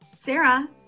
Sarah